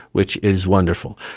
which is wonderful.